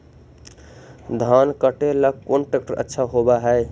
धान कटे ला कौन ट्रैक्टर अच्छा होबा है?